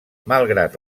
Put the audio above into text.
malgrat